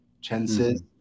chances